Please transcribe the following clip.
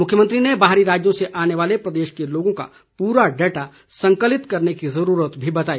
मुख्यमंत्री ने बाहरी राज्यों से आने वाले प्रदेश के लोगों का पूरा डाटा संकलित करने की ज़रूरत भी बताई